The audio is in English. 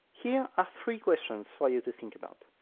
here are three questions for you to think about.